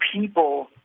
people